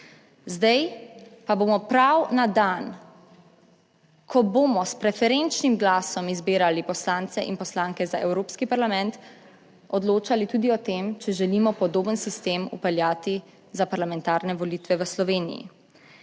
zdaj pa bomo prav na dan, ko bomo s preferenčnim glasom izbirali poslance in poslanke za Evropski parlament, odločali tudi o tem, če želimo podoben sistem vpeljati za parlamentarne volitve v Sloveniji.